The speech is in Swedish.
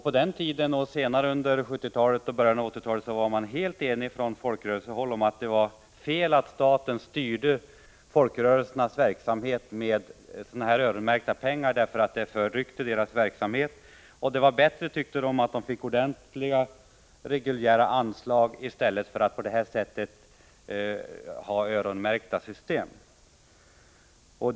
På den tiden och senare under 1970-talet och början av 1980-talet var man helt enig från folkrörelsehåll om att det var fel att staten styrde folkrörelsernas verksamhet med öronmärkta pengar, eftersom det förryckte folkrörelsernas verksamhet. De ville hellre ha ordentliga reguljära anslag än ett system med öronmärkta pengar.